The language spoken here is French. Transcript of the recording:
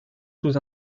sous